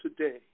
today